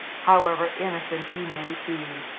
however innocent he might be.